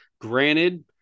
Granted